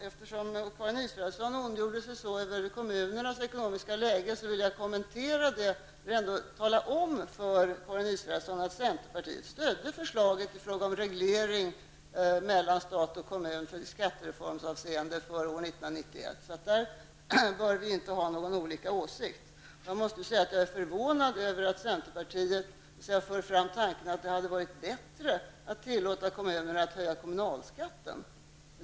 Eftersom Karin Israelsson ondgjorde sig över kommunernas dåliga ekonomiska läge, kan jag tala om för henne att centerpartiet stödde förslaget om en reglering mellan stat och kommun till följd av skattereformens effekter för år 1991. På den punkten bör vi alltså inte ha några olika åsikter. Det förvånar mig att centerpartiet för fram tanken att det hade varit bättre att tillåta kommunerna att höja kommunalskatten.